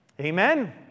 Amen